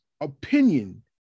opinion